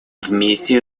вместе